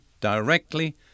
directly